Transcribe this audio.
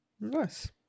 Nice